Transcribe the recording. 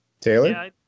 Taylor